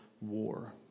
war